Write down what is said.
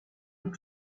with